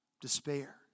despair